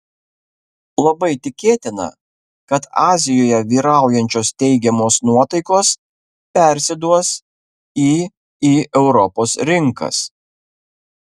labai tikėtina kad azijoje vyraujančios teigiamos nuotaikos persiduos į į europos rinkas